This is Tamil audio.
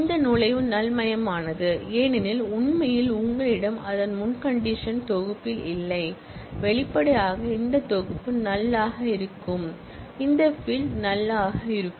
இந்த நுழைவு நல் மானது ஏனென்றால் உண்மையில் உங்களிடம் அது முன்கண்டிஷன் தொகுப்பில் இல்லை வெளிப்படையாக இந்த தொகுப்பு நல் மாக இருக்கும் இந்த ஃபீல்ட் நல் ஆக இருக்கும்